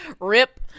rip